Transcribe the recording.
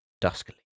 duskily